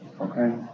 okay